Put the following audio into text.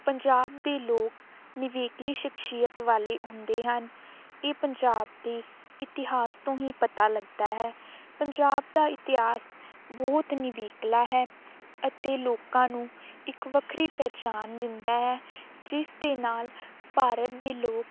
ਪੰਜਾਬ ਦੇ ਲੋਕ ਨਿਵੇਕਲੀ ਸ਼ਖਸ਼ੀਅਤ ਵਾਲੇ ਹੁੰਦੇ ਹਨ ਇਹ ਪੰਜਾਬ ਦੇ ਇਤਿਹਾਸ ਤੋਂ ਹੀ ਪਤਾ ਲੱਗਦਾ ਹੈ ਪੰਜਾਬ ਦਾ ਇਤਿਹਾਸ ਬਹੁਤ ਨਿਵੇਕਲਾ ਹੈ ਅਤੇ ਲੋਕਾਂ ਨੂੰ ਇੱਕ ਵੱਖਰੀ ਪਹਿਚਾਣ ਦਿੰਦਾ ਹੈ ਜਿਸ ਦੇ ਨਾਲ ਭਾਰਤ ਦੇ ਲੋਕ